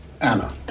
Anna